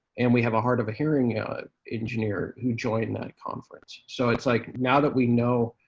and we have a hard-of-hearing engineer who joined that conference. so it's like now that we know,